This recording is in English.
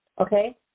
okay